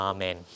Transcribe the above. Amen